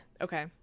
Okay